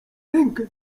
rękę